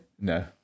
No